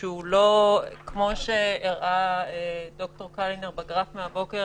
שהוא לא כמו שהראה ד"ר קלינר בגרף מהבוקר